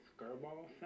Skirball